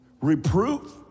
Reproof